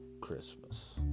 Christmas